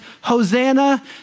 Hosanna